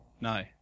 no